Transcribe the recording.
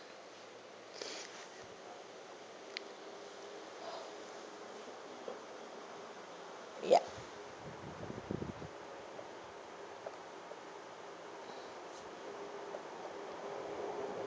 ya